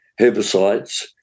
herbicides